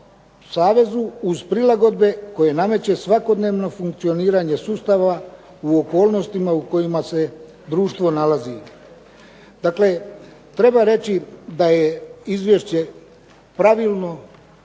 uz prilagodbe koje nameće svakodnevno funkcioniranje sustava u okolnostima u kojima se društvo nalazi. Dakle, treba reći da je izvješće pravilno